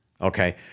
okay